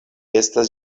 estas